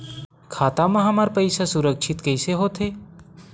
खाता मा हमर पईसा सुरक्षित कइसे हो थे?